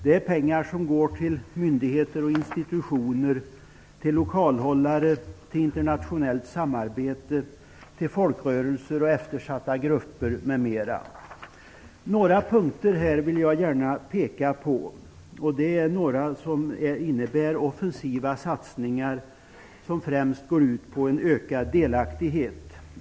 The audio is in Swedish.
Det är pengar som går till myndigheter och institutioner, lokalhållare, internationellt samarbete, folkrörelser och eftersatta grupper, m.m. Jag vill här gärna peka på några punkter. De innebär offensiva satsningar som främst går ut på en ökad delaktighet.